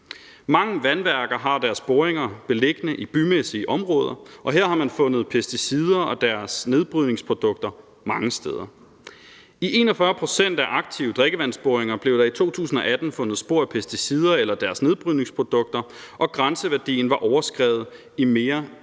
Mange vandværker har deres boringer beliggende i bymæssige områder, og her har man fundet pesticider og deres nedbrydningsprodukter mange steder. I 41 pct. af aktive drikkevandsboringer blev der i 2018 fundet spor af pesticider eller deres nedbrydningsprodukter, og grænseværdien var overskredet i mere end